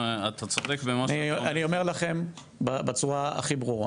אני אומר לכם בצורה הכי ברורה